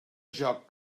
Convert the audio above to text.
joc